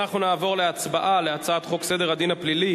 אנחנו נעבור להצבעה על הצעת חוק סדר הדין הפלילי